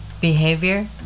behavior